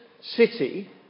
city